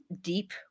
deep